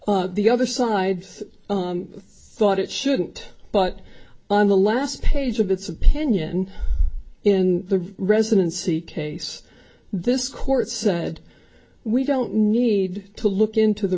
the other side's thought it shouldn't but on the last page of its opinion in the residency case this court said we don't need to look into the